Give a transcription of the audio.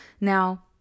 Now